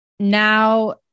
Now